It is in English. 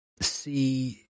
see